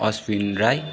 Ashwin Rai